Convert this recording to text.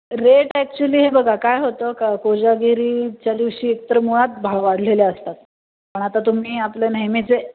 rate actually हे बघा काय होतं का कोजागिरी च्या दिवशी एकतर मुळात भाव वाढलेले असतात पण आता तुम्ही आपले नेहमीचे